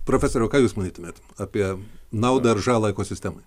profesoriau ką jūs manytumėt apie naudą ar žalą ekosistemai